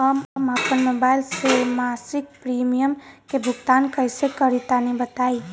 हम आपन मोबाइल से मासिक प्रीमियम के भुगतान कइसे करि तनि बताई?